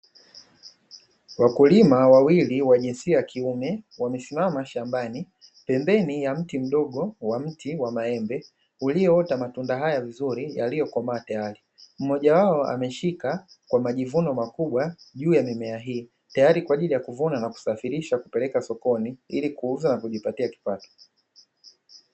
Wakulima wawili wa jinsia ya kiume wamesimama shambani, pembeni ya mti mdogo wa mti wa maembe ulioota matunda haya vizuri yaliyokomaa tayari, mmoja wao ameshika kwa majivuno makubwa juu ya mimea hii tayari kwa ajili ya kuvuna na kusafirisha kupeleka sokoni ili kuuza na kujipatia kipato.